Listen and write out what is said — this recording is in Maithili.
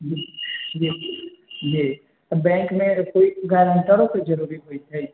जी जी बैंक मे गैरेंटरो के जरुरी होइ छै